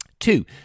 Two